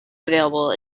available